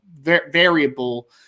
variable